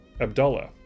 Abdullah